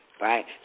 Right